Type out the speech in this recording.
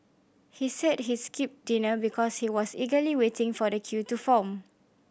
he said he skipped dinner because he was eagerly waiting for the queue to form